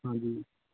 ਹਾਂਜੀ